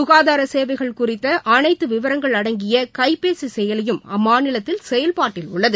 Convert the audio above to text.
சுகாதார சேவைகள் குறித்த அனைத்து விவரங்கள் அடங்கிய கைபேசி செயலியும் அம்மாநிலத்தில் செயல்பாட்டில் உள்ளது